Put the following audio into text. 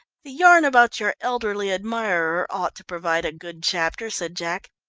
the yarn about your elderly admirer ought to provide a good chapter, said jack,